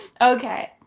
Okay